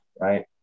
right